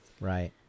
Right